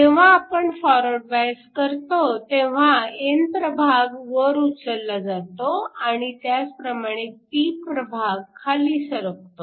जेव्हा आपण forward bias करतो तेव्हा n प्रभाग वर उचलला जातो आणि त्याचप्रमाणे p प्रभाग खाली सरकतो